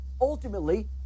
ultimately